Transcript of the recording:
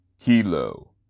Kilo